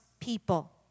people